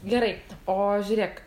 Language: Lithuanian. gerai o žiūrėk